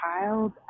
child